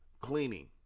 cleaning